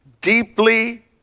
deeply